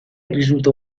risulta